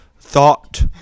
thought